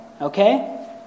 okay